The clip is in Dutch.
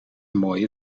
mooie